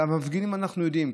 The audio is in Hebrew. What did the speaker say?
כלפי המפגינים אנחנו יודעים,